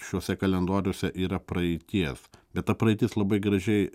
šiuose kalendoriuose yra praeities bet ta praeitis labai gražiai